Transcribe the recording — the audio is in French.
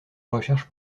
recherche